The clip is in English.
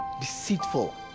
deceitful